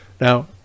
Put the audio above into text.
now